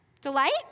Delight